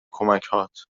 کمکهات